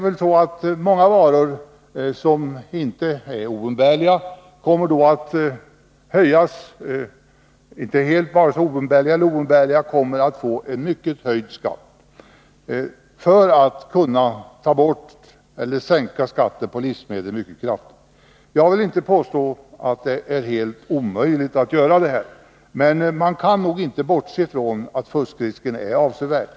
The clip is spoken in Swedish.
Men många varor — både umbärliga och oumbärliga — kommer därmed att få en mycket höjd skatt för att det skall bli möjligt att sänka skatten på livsmedel mycket kraftigt. Jag vill inte påstå att det är helt omöjligt att göra detta, men man skall inte bortse från att fuskrisken är avsevärd.